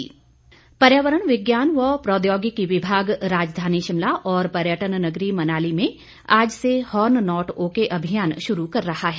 अभियान पर्यावरण विज्ञान व प्रौद्योगिकी विभाग राजधानी शिमला और पर्यटन नगरी मनाली में आज से हॉर्न नॉट ओके अभियान शुरू कर रहा है